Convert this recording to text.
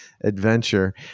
adventure